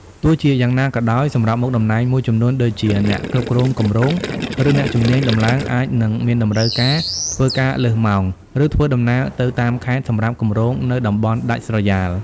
ទោះជាយ៉ាងណាក៏ដោយ សម្រាប់មុខតំណែងមួយចំនួនដូចជា អ្នកគ្រប់គ្រងគម្រោង ឬអ្នកជំនាញដំឡើងអាចនឹងមានតម្រូវការ ធ្វើការលើសម៉ោង ឬធ្វើដំណើរទៅតាមខេត្ត សម្រាប់គម្រោងនៅតំបន់ដាច់ស្រយាល។